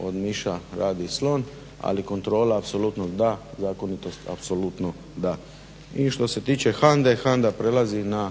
od miša radi slon ali kontrola apsolutno da, zakonitost apsolutno da. I što se tiče HANDA-e, HANDA prelazi na